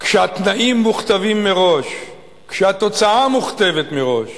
כשהתנאים מוכתבים מראש, כשהתוצאה מוכתבת מראש,